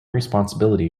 responsibility